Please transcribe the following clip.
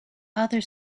other